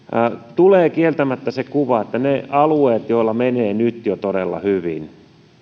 tulee kieltämättä se kuva että niihin alueisiin joilla menee nyt jo todella hyvin